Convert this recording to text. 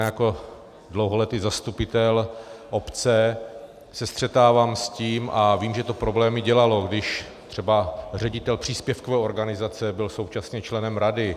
Jako dlouholetý zastupitel obce se střetávám s tím, a vím, že to problémy dělalo, když třeba ředitel příspěvkové organizace byl současně členem rady.